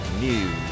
News